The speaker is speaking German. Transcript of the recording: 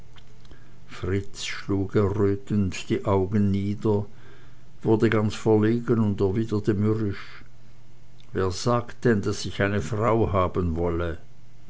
fritz schlug errötend die augen nieder wurde ganz verlegen und erwiderte mürrisch wer sagt denn daß ich eine frau haben wolle